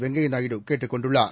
வெங்கய்ய நாயுடு கேட்டுக் கொண்டுள்ளார்